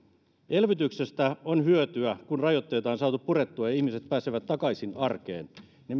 elvytyksestä on hyötyä kun rajoitteita on saatu purettua ja ihmiset pääsevät takaisin arkeen ne